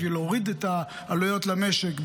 בשביל להוריד את העלויות למשק,